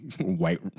white